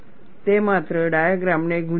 તે માત્ર ડાયાગ્રામને ગૂંચવશે